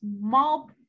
small